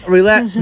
Relax